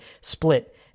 split